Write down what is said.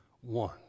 one